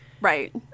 Right